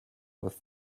with